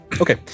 Okay